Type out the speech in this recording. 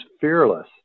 fearless